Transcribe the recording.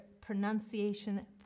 pronunciation